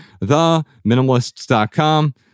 theminimalists.com